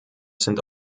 sind